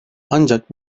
ancak